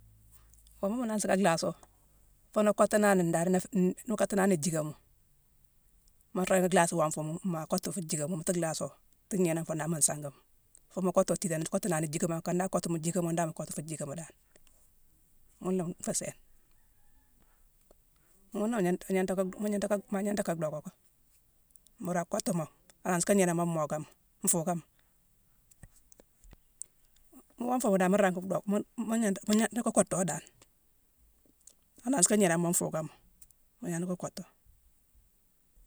Wooma, mu nansi ka lhaaso, foo mu kottu na ni ndari nu féé-n-nu kottu na ni jickama. Mu ringi lhaasi wonfuma, ma kottu fuu jickama, mu tu lhaaso, tu gnéénangh fo nangh maa nsangema. Foo mu kotto tiitane. Nu kottu na ni jickama. Akane dan kottu mu jickama, moon dan mu kottu fu jickama dan. Ghune la nféé sééne. Ghuna mu gninté-mu gninté-nginté-ka-mu-gninté-ma gninté ka docko ki. Mbuura akottumo. A nansi ka gnéénamo mmokama-nfuukama. Han mu wonfuma dan mu ringi-dock-mu-mu-gninté-gninté ka kottu dan. A nansi ka gnéénamo nfuu kama. Mu gninta ka kotto.